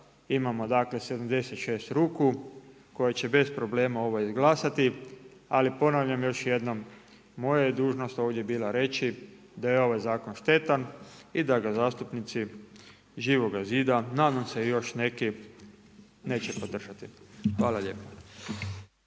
Imamo dakle 76 ruku koje će bez problema ovo izglasati. Ali ponavljam još jednom, moja je dužnost ovdje bila reći da je ovaj zakon štetan i da ga zastupnici Živoga zida nadam se i još neki neće podržati. Hvala lijepa.